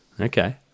Okay